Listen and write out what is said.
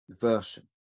version